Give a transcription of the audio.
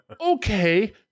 Okay